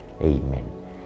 Amen